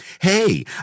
Hey